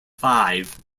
five